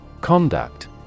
Conduct